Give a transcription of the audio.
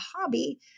hobby